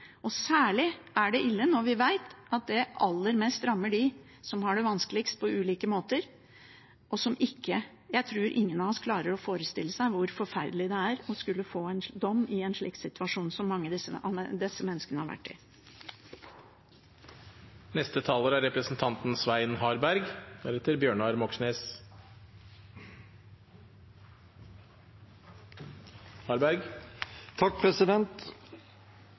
Særlig er det ille når vi vet at det aller mest rammer dem som har det vanskeligst på ulike måter. Jeg tror ingen av oss klarer å forestille seg hvor forferdelig det er å skulle få en dom i en slik situasjon som disse menneskene har vært